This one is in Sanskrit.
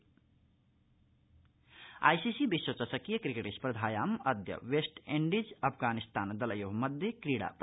क्रिकेट विश्वचषकीय स्पर्धा आई सी सी विश्वचषकीय क्रिकेट स्पर्धायाम् अद्य वेस्ट इण्डीज अफगानिस्तान दलयो मध्ये क्रीडा प्रचलति